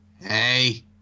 hey